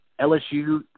LSU